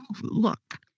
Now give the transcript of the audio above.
look